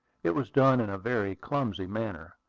it was done in a very clumsy manner,